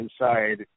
Inside